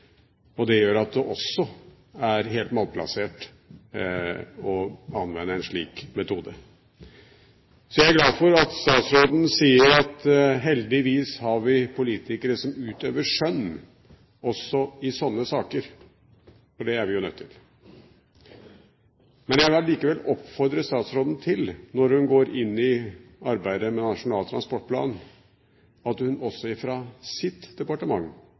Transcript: tunnel. Det gjør at det også er helt malplassert å anvende en slik metode. Så jeg er glad for at statsråden sier at heldigvis har vi politikere som utøver skjønn også i sånne saker, for det er vi jo nødt til. Jeg vil allikevel oppfordre statsråden til, når hun går inn i arbeidet med Nasjonal transportplan, også fra sitt